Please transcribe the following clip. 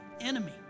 enemy